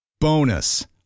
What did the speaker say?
Bonus